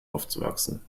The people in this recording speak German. aufzuwachsen